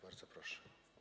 Bardzo proszę.